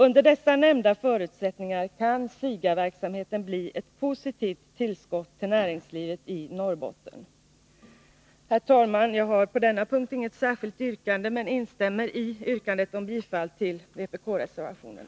Under dessa nämnda förutsättningar kan SIGA-verksamheten bli ett positivt tillskott till näringslivet i Norrbotten. Herr talman! Jag har på denna punkt inget särskilt yrkande, men instämmer i yrkandet om bifall till vpk-reservationen.